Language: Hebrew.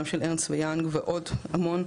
גם של --- young ושל עוד המון,